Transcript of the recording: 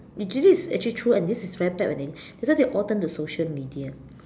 usually this is actually true and this is very bad actually that's why they all turn to social media